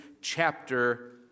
chapter